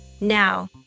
Now